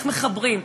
איך מחברים?